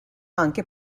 anche